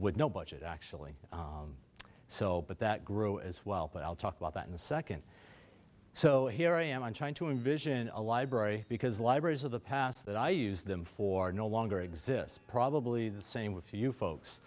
with no budget actually so but that grew as well but i'll talk about that in a second so here i am i'm trying to envision a library because libraries of the past that i use them for no longer exists probably the same with you folks